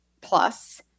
plus